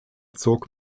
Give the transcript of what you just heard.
zog